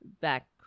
back